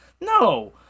No